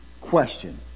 question